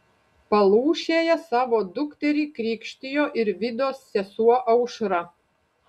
palūšėje savo dukterį krikštijo ir vidos sesuo aušra